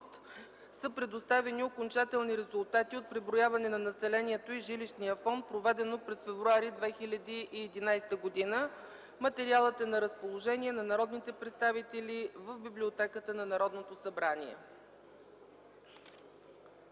са предоставени окончателни резултати от преброяване на населението и жилищният фонд, проведено през месец февруари 2011 г. Материалът е на разположение на народните представители в Библиотеката на Народното събрание.